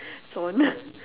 sawn